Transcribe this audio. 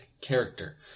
character